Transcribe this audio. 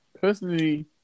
personally